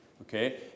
Okay